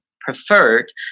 preferred